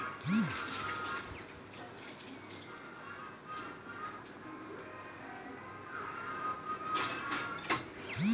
बढ़िया किस्मो के कोको बीया के पानी मे मिलाय करि के ऊंचा तापमानो पे बनैलो जाय छै